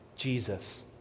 Jesus